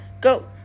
go